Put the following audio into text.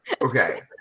Okay